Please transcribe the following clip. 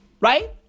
Right